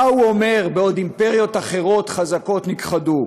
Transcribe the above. מה הוא אומר, בעוד אימפריות אחרות חזקות נכחדו?